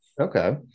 Okay